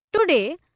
Today